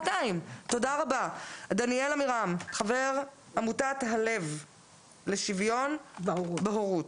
דניאל עמירם, חבר עמותת הלב לשוויון בהורות,